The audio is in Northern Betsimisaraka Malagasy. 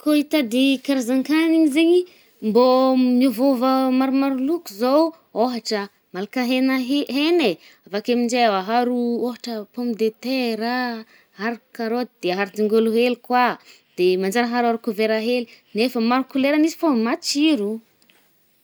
Kô itady i karazan-kanigny zaigny i, mbô miovaova maromaro loko zao. Ôhatra: malaka hegna he-hegna e avake aminje aharo ôhatra ponme de terre ah, ari-karôty de ari-dingolo hely koà, de manjary haro haricot vert hely, nefa maro couleur anizy fô matsiro o.